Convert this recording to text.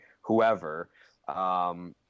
whoever